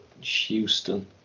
Houston